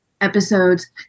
Episodes